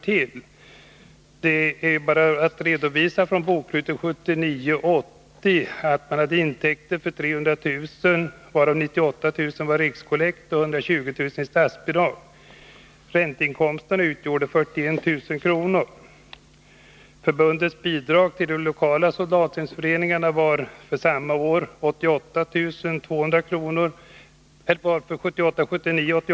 Bokslutet 1979/80 visar att man hade 300 000 kr. i intäkter, varav 98 000 kr. var rikskollekt och 120 000 kr. statsbidrag. Ränteinkomsterna uppgick till 41 000 kr. Förbundets bidrag till de lokala föreningarna uppgick till 88 200 kr.